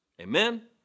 Amen